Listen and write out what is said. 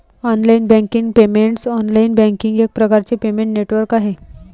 online banking payments online banking एक प्रकारचे payment network आहे